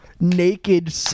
naked